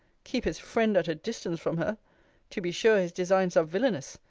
keep his friend at a distance from her to be sure his designs are villainous,